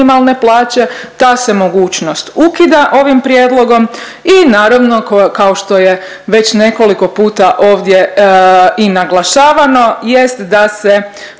ta se mogućnost ukida ovim prijedlogom i naravno, kao što je već nekoliko puta ovdje i naglašavano jest da se